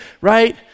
right